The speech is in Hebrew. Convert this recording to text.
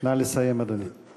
נא לסיים, אדוני.